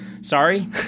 sorry